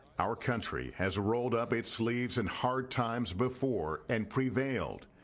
our country has rolled up its sleeves in hard times before and prevailed.